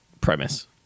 premise